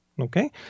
okay